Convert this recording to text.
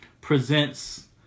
presents